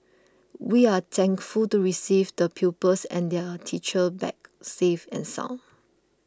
we are thankful to receive the pupils and their teachers back safe and sound